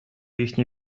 їхні